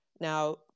Now